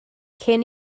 cyn